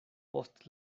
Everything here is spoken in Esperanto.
post